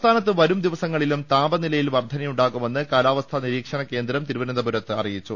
സംസ്ഥാനത്ത് വരും ദിവസങ്ങളിലും താപനിലയിൽ വർധ നയുണ്ടാകുമെന്ന് കാലാവസ്ഥാ നിരീക്ഷണ കേന്ദ്രം തിരുവനന്ത പുരത്ത് അറിയിച്ചു